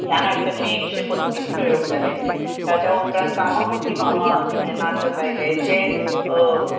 ह्या नाटकाचे एकशे बत्तीस प्रयोग जाले ताच्या उपरांत कामा पुरती मामा हें नाटक आयलें जें